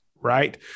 right